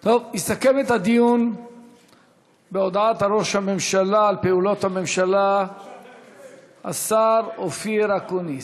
יסכם את הדיון בהודעת ראש הממשלה על פעולות הממשלה השר אופיר אקוניס.